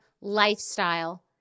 lifestyle